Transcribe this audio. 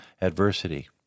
adversity